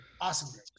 Awesome